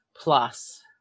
Plus